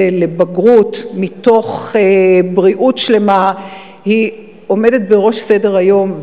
לבגרות מתוך בריאות שלמה עומדת בראש סדר-היום.